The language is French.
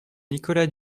nicolas